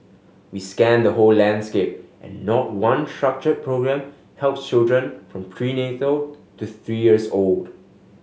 we scanned the whole landscape and not one structure programme helps children from prenatal to three years old